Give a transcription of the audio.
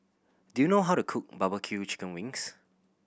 do you know how to cook barbecue chicken wings